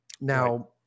now